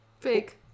Fake